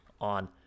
on